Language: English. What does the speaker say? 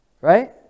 Right